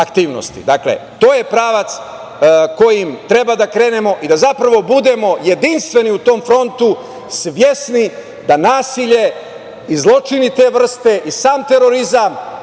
i to je pravac kojim treba da krenemo i da zapravo budemo jedinstveni u tom frontu, svesni da nasilje i zločini te vrste i sam terorizam